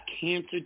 cancer